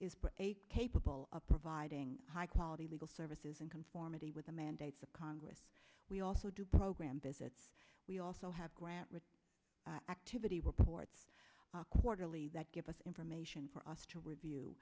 is capable of providing high quality legal services in conformity with the mandates of congress we also do program visits we also have grant activity reports quarterly that give us information for us to review